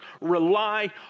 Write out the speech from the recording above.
rely